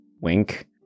Wink